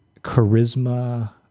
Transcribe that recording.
charisma